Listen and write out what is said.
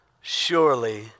surely